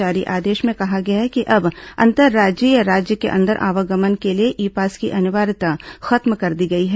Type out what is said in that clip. जारी आदेश में कहा गया है कि अब अंतर्राज्यीय या राज्य के अंदर आवागमन के लिए ई पास की अनिवार्यता खत्म कर दी गई है